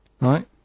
right